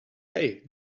hey